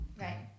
right